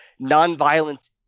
nonviolence